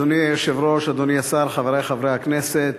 אדוני היושב-ראש, אדוני השר, חברי חברי הכנסת,